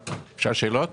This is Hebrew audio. כולן ניהול תקין?